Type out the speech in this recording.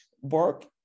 work